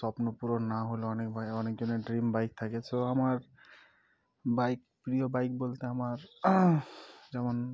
স্বপ্ন পূরণ না হলে অনেক ভাই অনেকজনের ড্রিম বাইক থাকে তো আমার বাইক প্রিয় বাইক বলতে আমার যেমন